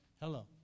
Hello